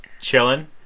chilling